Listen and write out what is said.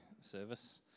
service